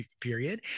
period